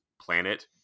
planet